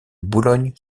boulogne